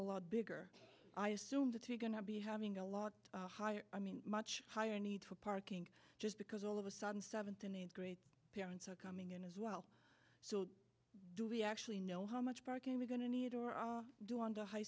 a lot bigger i assume that you're going to be having a lot higher i mean much higher need for parking just because all of a sudden seventh and eighth grade parents are coming in as well so do we actually know how much parking we're going to need to do on the high